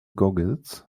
goggles